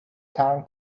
town